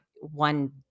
one